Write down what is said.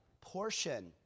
portion